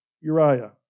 Uriah